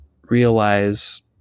realize